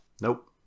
Nope